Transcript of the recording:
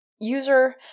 User